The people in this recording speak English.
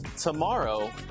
tomorrow